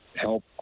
help